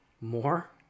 more